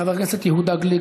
חבר הכנסת יהודה גליק,